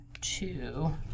two